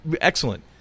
excellent